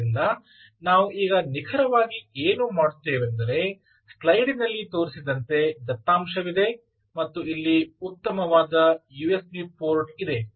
ಆದ್ದರಿಂದ ನಾವು ಈಗ ನಿಖರವಾಗಿ ಏನು ಮಾಡುತ್ತೇವೆಂದರೆ ಸೈಡಿನಲ್ಲಿ ತೋರಿಸಿದಂತೆ ದತ್ತಾಂಶವಿದೆ ಮತ್ತು ಇಲ್ಲಿ ಉತ್ತಮವಾದ ಯುಎಸ್ಬಿ ಪೋರ್ಟ್ ಇದೆ